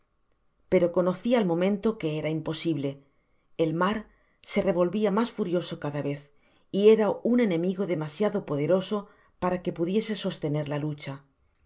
pero conoci al momento que era imposible el mar se revolvia mas furioso cada vez y era un enemigo demasiado poderoso para que pudiese sostener la lucha todo lo que